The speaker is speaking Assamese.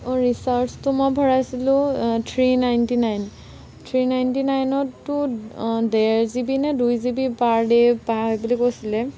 অঁ ৰিচাৰ্জটো মই ভৰাইছিলোঁ three ninety nine three ninety নাইনতটো ডেৰ জি বি নে দুই জি বি পাৰ ডে' পায় বুলি কৈছিলে